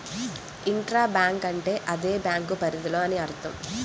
intra bank అంటే అదే bank పరిధిలో అని అర్థం